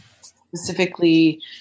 specifically